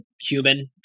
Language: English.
human